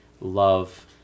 love